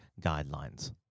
guidelines